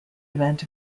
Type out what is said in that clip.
event